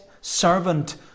servant